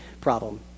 problem